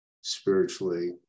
spiritually